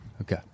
Okay